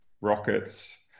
rockets